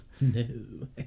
No